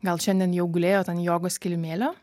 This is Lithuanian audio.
gal šiandien jau gulėjot ant jogos kilimėlio